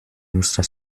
nuestra